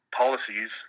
policies